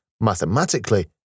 mathematically